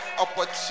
opportunity